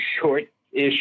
short-ish